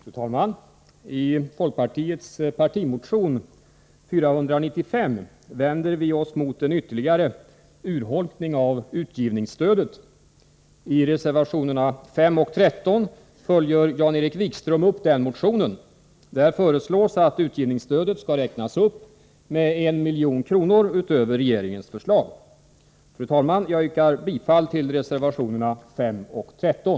Fru talman! I folkpartiets partimotion 495 vänder vi oss mot en ytterligare urholkning av utgivningsstödet. I reservationerna 5 och 13 följer Jan-Erik Wikström upp den motionen. Där föreslås att anslaget för utgivningsstöd skall räknas upp med 1 milj.kr. utöver regeringens förslag. Fru talman! Jag yrkar bifall till reservationerna 5 och 13.